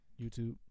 YouTube